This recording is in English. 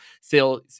sales